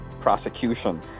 prosecution